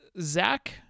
Zach